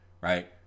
Right